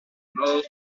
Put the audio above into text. mort